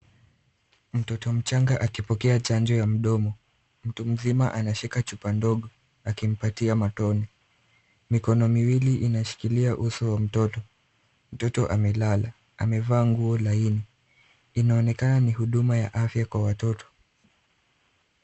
Mtoto mchanga akipokea chanjo ya mdomo. Mtu mzima anashika chupa ndogo akimpatia matone. Mikono miwili inashikilia uso wa mtoto. Mtoto amelala, amevaa nguo laini, inaonekana ni huduma ya afya kwa watoto.